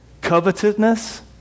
covetousness